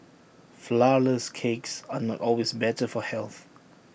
Flourless Cakes are not always better for health